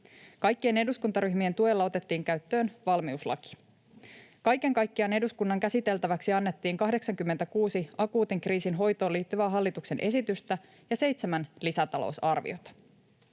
Kaikkien eduskuntaryhmien tuella otettiin käyttöön valmiuslaki. Kaiken kaikkiaan eduskunnan käsiteltäväksi annettiin 86 akuutin kriisin hoitoon liittyvää hallituksen esitystä ja seitsemän lisätalousarviota.